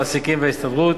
המעסיקים והסתדרות